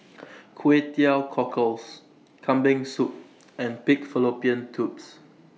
Kway Teow Cockles Kambing Soup and Pig Fallopian Tubes